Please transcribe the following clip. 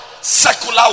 secular